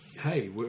hey